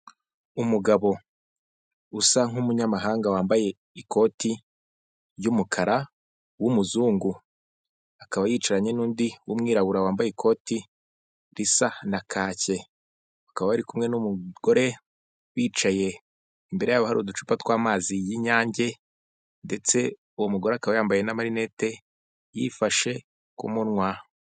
Umugabo usa nkumunyamahanga wambaye ikoti ry'umukara w'umuzungu akaba yicaranye nundi w'umwirabura wambaye ikoti risa na kake, bakaba bari kumwe numugore bicaye, imbere yabo hari uducupa twamazi y'inyange ndetse uwo mugore akaba yambaye namarinete yifashe kumunwa.